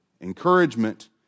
encouragement